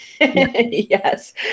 yes